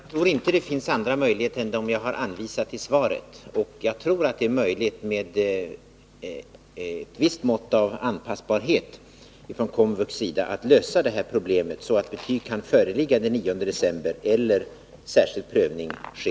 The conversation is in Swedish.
Herr talman! Jag tror inte det finns andra möjligheter än de jag har anvisat i svaret. Med ett visst mått av anpassbarhet från KOMVUX sida tror jag det är möjligt att nu lösa detta problem, så att betyg kan föreligga den 9 december eller särskild prövning kan ske.